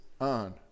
on